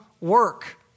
work